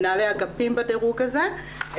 מנהלי אגפים בדירוג הזה,